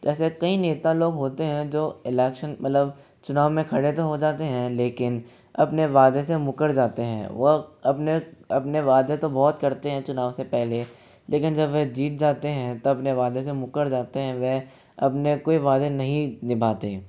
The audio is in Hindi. ऐसे कई नेता लोग होते हैं जो इलेक्शन मतलब चुनाव में खड़े तो हो जाते हैं लेकिन अपने वादे से मुकर जाते हैं वह अपने अपने वादे तो बहुत करते हैं चुनाव से पहले लेकिन जब वह जीत जाते हैं तब अपने वादे से मुकर जाते हैं वे अपने कोई वादे नहीं निभाते हैं